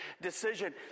decision